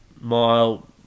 mile